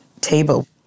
table